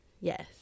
Yes